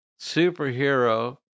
Superhero